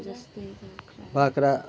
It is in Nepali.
बाख्रा